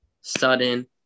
sudden